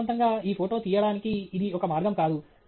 ఆదర్శవంతంగా ఈ ఫోటో తీయడానికి ఇది ఒక మార్గం కాదు